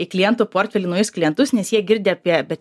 į klientų portfelį naujus klientus nes jie girdi apie bet